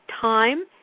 time